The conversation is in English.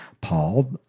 Paul